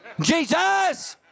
Jesus